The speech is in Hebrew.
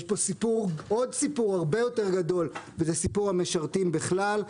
יש פה עוד סיפור הרבה יותר גדול וזה סיפור המשרתים בכלל.